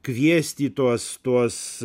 kviesti į tuos tuos